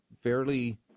fairly –